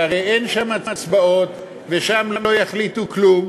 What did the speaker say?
שהרי אין שם הצבעות, ושם לא יחליטו כלום.